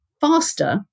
faster